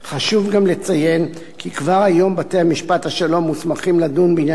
חשוב גם לציין כי כבר היום בתי-משפט השלום מוסמכים לדון בעניינים